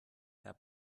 herr